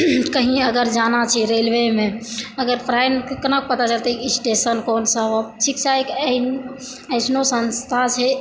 कहीँ अगर जाना छै रेलवेमे अगर प्राइमके कना पता चलतै स्टेशन कोनसा शिक्षा एक ऐसनो संस्था छै